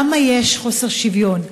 למה יש חוסר שוויון?